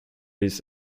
his